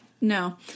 No